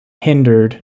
hindered